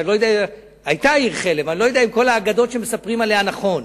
שאני לא יודע אם כל האגדות שמספרים עליה נכונות.